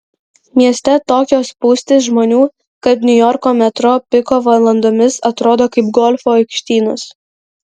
mieste tokios spūstys žmonių kad niujorko metro piko valandomis atrodo kaip golfo aikštynas